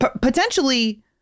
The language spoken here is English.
potentially